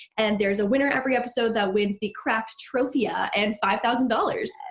and there's a winner every episode that wins the craftrophia and five thousand dollars.